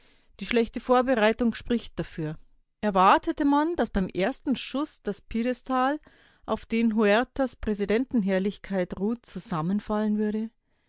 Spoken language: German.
die schlechte vorbereitung spricht dafür erwartete man daß beim ersten schuß das piedestal auf dem huertas präsidentenherrlichkeit ruht zusammenfallen würde